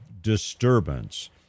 disturbance